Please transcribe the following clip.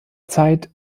zeit